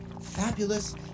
fabulous